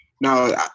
No